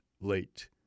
late